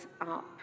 up